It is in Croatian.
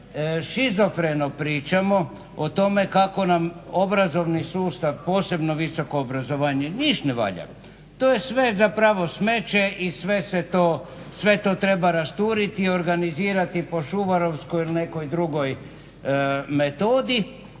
šizofreno pričamo o tome kako nam obrazovni sustav, posebno visoko obrazovanje niš ne valja. To je sve zapravo smeće i sve se to, sve to treba rasturiti i organizirati po Šuvarovskoj ili nekoj drugoj metodi.